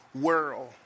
world